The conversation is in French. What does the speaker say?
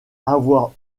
avoir